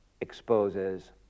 exposes